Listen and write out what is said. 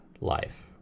life